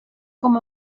com